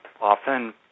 often